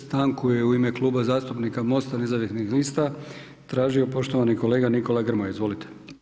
Stanku je u ime Kluba zastupnika MOST-a nezavisnih lista tražio poštovani kolega Nikola Grmoja, izvolite.